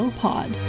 pod